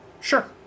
Sure